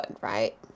right